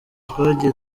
twagiye